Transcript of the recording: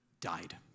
died